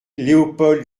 léopold